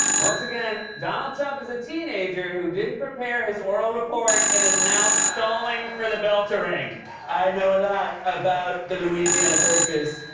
once again, donald trump is a teenager who didn't prepare his oral report and is now stalling for the bell to ring. i know a lot about the louisiana purchase.